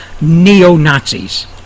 neo-Nazis